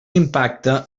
impacte